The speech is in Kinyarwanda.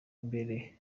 mbere